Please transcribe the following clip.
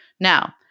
Now